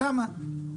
למה?